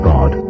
God